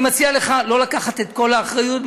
אני מציע לך לא לקחת את כל האחריות,